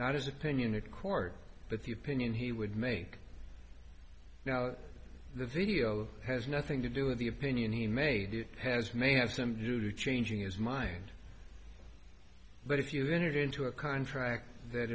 not his opinion the court but the opinion he would make now the video has nothing to do with the opinion he made has may have some due to changing his mind but if you entered into a contract that